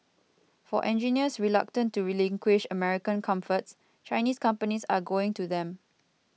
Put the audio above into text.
for engineers reluctant to relinquish American comforts Chinese companies are going to them